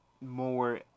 more